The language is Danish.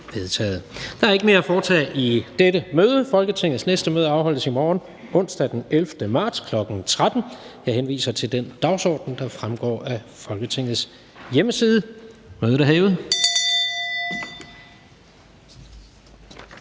Der er ikke mere at foretage i dette møde. Folketingets næste møde afholdes i morgen, onsdag den 11. marts 2020, kl. 13.00. Jeg henviser til den dagsorden, der fremgår af Folketingets hjemmeside. Mødet er hævet.